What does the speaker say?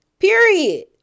period